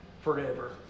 forever